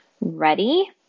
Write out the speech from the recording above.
ready